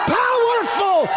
powerful